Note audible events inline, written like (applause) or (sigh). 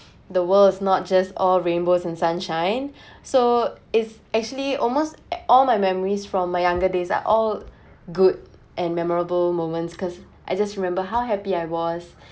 (breath) the world is not just all rainbows and sunshine (breath) so is actually almost eh all my memories from my younger days are all good and memorable moments because I just remember how happy I was (breath)